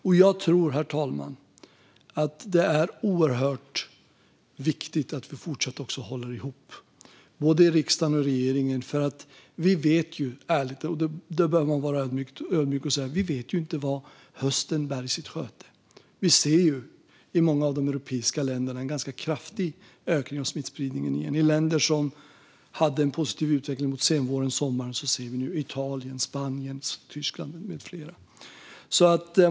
Jag tror också, herr talman, att det är oerhört viktigt att vi fortsätter att hålla ihop, både i riksdagen och i regeringen. Vi vet ju inte - där bör man vara ödmjuk - vad hösten bär i sitt sköte. Vi ser ju en ganska kraftig ökning av smittspridningen igen i många av de europeiska länderna, länder som hade en positiv utveckling under senvåren och sommaren - Italien, Spanien, Tyskland med flera.